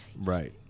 Right